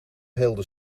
heelde